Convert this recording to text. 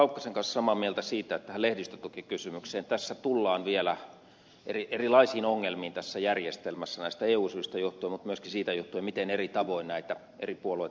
laukkasen kanssa samaa mieltä siitä että tässä lehdistötukikysymyksessä tullaan vielä erilaisiin ongelmiin tässä järjestelmässä näistä eu syistä johtuen mutta myöskin siitä johtuen miten eri tavoin näitä tukia eri puolueet käyttävät